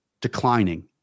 declining